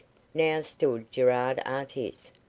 now stood gerard artis,